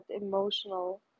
emotional